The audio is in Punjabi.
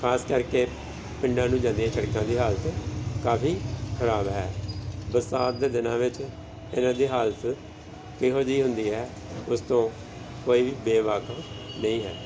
ਖਾਸ ਕਰਕੇ ਪਿੰਡਾਂ ਨੂੰ ਜਾਂਦੀਆਂ ਸੜਕਾਂ ਦੀ ਹਾਲਤ ਕਾਫੀ ਖਰਾਬ ਹੈ ਬਰਸਾਤ ਦੇ ਦਿਨਾਂ ਵਿੱਚ ਇਹਨਾਂ ਦੀ ਹਾਲਤ ਕਿਹੋ ਜਿਹੀ ਹੁੰਦੀ ਹੈ ਉਸ ਤੋਂ ਕੋਈ ਬੇਵਾਕਫ ਨਹੀਂ ਹੈ